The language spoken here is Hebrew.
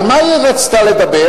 על מה היא רצתה לדבר?